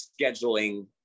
scheduling